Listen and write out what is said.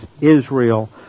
Israel